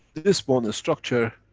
this bone structure,